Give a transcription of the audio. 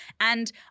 and-